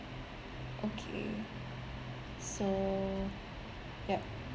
okay so yup